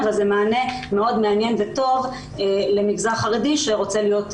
אבל זה מענה מאוד מעניין וטוב למגזר חרדי שרוצה להיות רשמי.